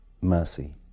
mercy